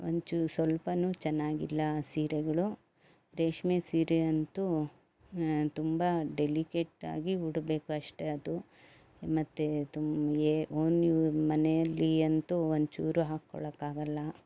ಒಂಚೂರು ಸ್ವಲ್ಪನೂ ಚೆನ್ನಾಗಿಲ್ಲ ಸೀರೆಗಳು ರೇಷ್ಮೆ ಸೀರೆಯಂತೂ ತುಂಬ ಡೆಲಿಕೇಟ್ ಆಗಿ ಉಡ್ಬೇಕು ಅಷ್ಟೇ ಅದು ಮತ್ತೆ ತುಂ ಏನು ಒನ್ ಮನೆಯಲ್ಲಿ ಅಂತೂ ಒಂದ್ಚೂರು ಹಾಕ್ಕೊಳಕ್ಕೆ ಆಗೋಲ್ಲ